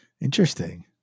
Interesting